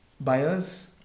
buyers